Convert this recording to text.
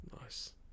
Nice